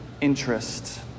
interest